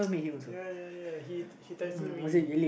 ya ya ya he he texted me